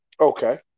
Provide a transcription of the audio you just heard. Okay